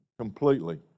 Completely